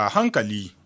Hankali